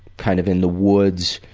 kind of in the woods,